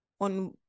on